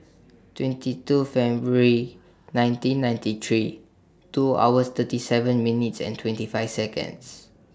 twenty two February nineteen ninety three two hours thirty seven minutes and twenty five Seconds